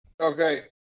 Okay